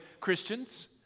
Christians